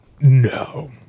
no